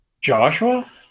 Joshua